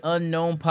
Unknown